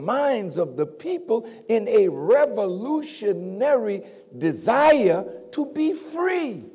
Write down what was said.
minds of the people in a revolutionary desire to be free